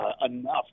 enough